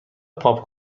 پاپ